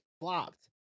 flopped